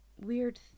weird